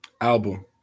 Album